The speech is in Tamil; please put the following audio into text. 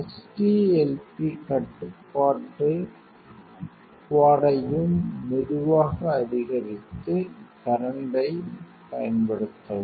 HTLP கட்டுப்பாட்டு குவாடையும் மெதுவாக அதிகரித்து கரண்ட் ஐ பயன்படுத்தவும்